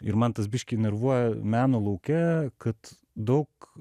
ir man tas biškį nervuoja meno lauke kad daug